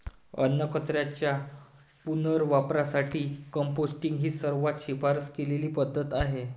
अन्नकचऱ्याच्या पुनर्वापरासाठी कंपोस्टिंग ही सर्वात शिफारस केलेली पद्धत आहे